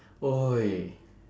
!oi!